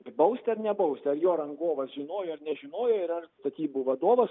bausti ar nebausti ar jo rangovas žinojo ar nežinojo ir ar statybų vadovas